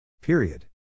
Period